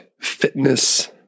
fitness